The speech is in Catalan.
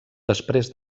després